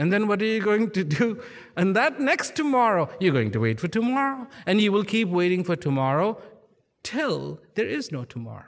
and then what are you going to do and that next tomorrow you're going to wait for tomorrow and you will keep waiting for tomorrow till there is no tomorrow